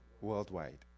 worldwide